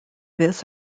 this